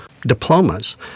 diplomas